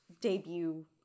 debut